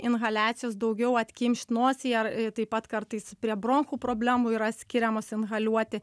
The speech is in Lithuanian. inhaliacijos daugiau atkimšt nosį ar taip pat kartais prie bronchų problemų yra skiriamos inhaliuoti